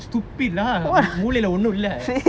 stupid lah மூலைலே ஒண்ணோ இல்லே:moolailae onno illae